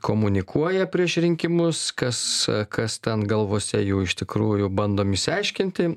komunikuoja prieš rinkimus kas kas ten galvose jų iš tikrųjų bandom išsiaiškinti